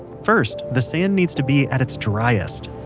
first, the sand needs to be at its driest.